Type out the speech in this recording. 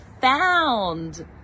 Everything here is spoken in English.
found